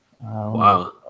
Wow